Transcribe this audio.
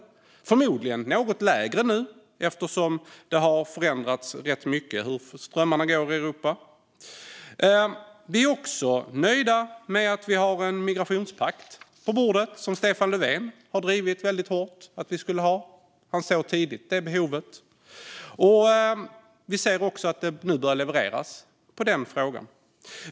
Det är förmodligen något lägre nu, eftersom det har förändrats rätt mycket i fråga om hur strömmarna går i Europa. Vi är också nöjda med att vi har en migrationspakt på bordet, som Stefan Löfven drev väldigt hårt att vi skulle ha. Han såg tidigt detta behov. Vi ser också att det nu börjar levereras i den frågan.